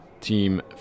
team